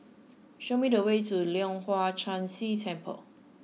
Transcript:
show me the way to Leong Hwa Chan Si Temple